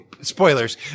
spoilers